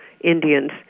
Indians